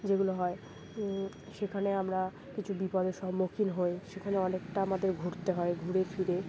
যেগুলো হয় সেখানে আমরা কিছু বিপদের সম্মুখীন হই সেখানে অনেকটা আমাদের ঘুরতে হয় ঘুরে ফিরে